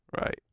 Right